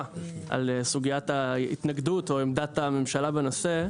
על סוגיית ההתנגדות או עמדת הממשלה בנושא,